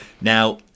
Now